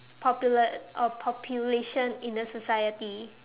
popula~ uh population in the society